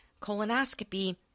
colonoscopy